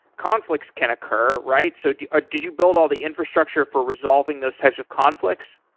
conflicts can occur, right? so ah did you build all the infrastructure for resolving those types of conflicts?